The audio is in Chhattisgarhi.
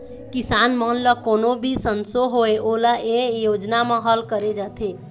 किसान मन ल कोनो भी संसो होए ओला ए योजना म हल करे जाथे